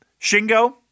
Shingo